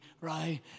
right